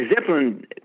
Zeppelin